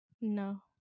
no